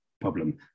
problem